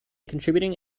contributing